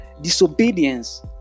Disobedience